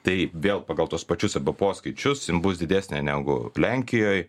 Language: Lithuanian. tai vėl pagal tuos pačius arba po skaičius jim bus didesnė negu lenkijoj